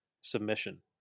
submission